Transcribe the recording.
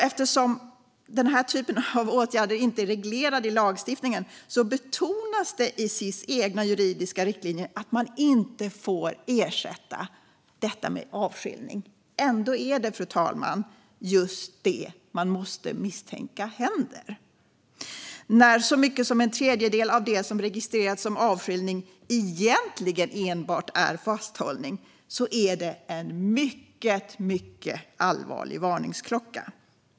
Eftersom denna typ av åtgärder inte är reglerade i lagstiftningen betonas det i Sis egna juridiska riktlinjer att de inte får ersätta avskiljning. Ändå är det just det som man måste misstänka händer. När så mycket som en tredjedel av det som registrerats som avskiljning egentligen enbart är fasthållning är det en mycket allvarlig varningsklocka.